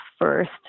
first